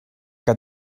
que